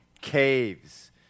caves